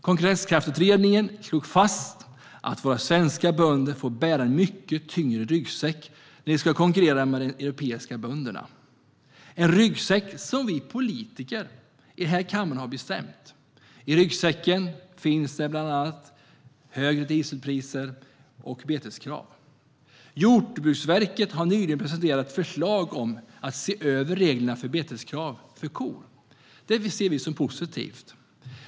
Konkurrenskraftutredningen slog fast att våra svenska bönder får bära en mycket tyngre ryggsäck när de ska konkurrera med de europeiska bönderna, en ryggsäck som vi politiker här i kammaren har bestämt om. I ryggsäcken finns bland annat högre dieselpriser och beteskrav. Jordbruksverket har nyligen presenterat förslag om att se över reglerna för beteskrav för kor. Det ser vi som positivt.